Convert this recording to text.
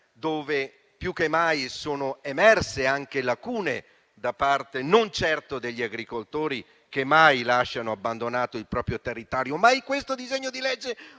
dove più che mai sono emerse anche lacune da parte non certo degli agricoltori, che mai lasciano abbandonato il proprio territorio. Questo disegno di legge